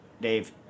Dave